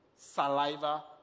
saliva